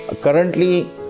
currently